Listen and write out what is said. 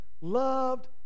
loved